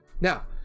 Now